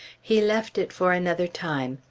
he left it for another time.